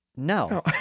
No